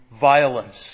violence